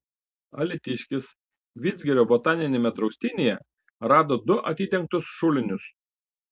alytiškis vidzgirio botaniniame draustinyje rado du atidengtus šulinius